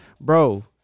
bro